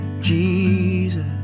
Jesus